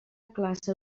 classe